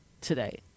today